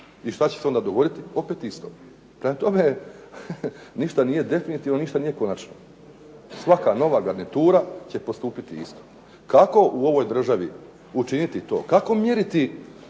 I što će se onda dogoditi? Opet isto. Prema tome, ništa nije definitivno, ništa nije konačno. Svaka nova garnitura će postupiti isto. Kako u ovoj državi učiniti to, kako mjeriti